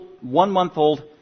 one-month-old